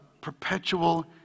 perpetual